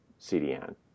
CDN